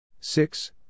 Six